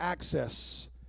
access